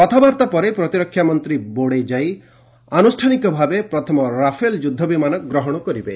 କଥାବାର୍ତ୍ତା ପରେ ପ୍ରତିରକ୍ଷା ମନ୍ତ୍ରୀ ବୋର୍ଡେ ଯାଇ ଆନୁଷ୍ଠାନିକ ଭାବେ ପ୍ରଥମ ରାଫେଲ୍ ଯୁଦ୍ଧ ବିମାନ ଗ୍ରହଣ କରିବେ